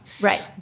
Right